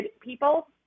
people